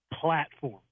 platform